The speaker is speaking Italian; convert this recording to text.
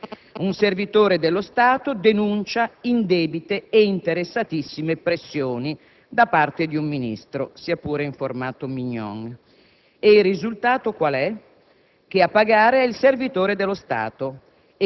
Bella lezione di superiorità morale! Un servitore dello Stato denuncia indebite e interessatissime pressioni da parte di un Ministro (sia pure in formato *mignon*), e il risultato qual è?